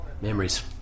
memories